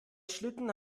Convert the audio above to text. schlitten